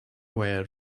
where